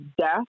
death